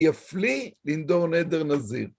יפלי לינדור נדר נזיר.